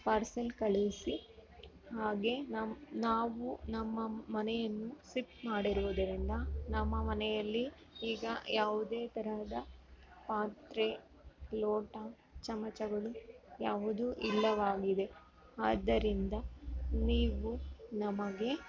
parcel ಕಳುಹಿಸಿ ಹಾಗೆ ನಮ್ಮ ನಾವು ನಮ್ಮ ಮನೆಯನ್ನು ಸಿಪ್ಟ್ ಮಾಡಿರುವುದರಿಂದ ನಮ್ಮ ಮನೆಯಲ್ಲಿ ಈಗ ಯಾವುದೇ ತರಹದ ಪಾತ್ರೆ ಲೋಟ ಚಮಚಗಳು ಯಾವುದೂ ಇಲ್ಲವಾಗಿದೆ ಆದ್ದರಿಂದ ನೀವು ನಮಗೆ